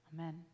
Amen